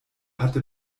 hatte